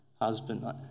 husband